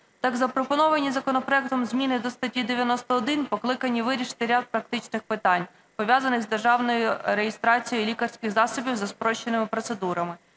Так, запропоновані законопроектом зміни до статті 91 покликані вирішити ряд практичних питань, пов'язаних з державною реєстрацією лікарських засобів за спрощеними процедурами,